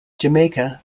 jamaica